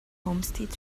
homestead